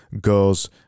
goes